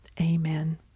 Amen